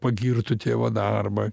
pagirtų tėvo darbą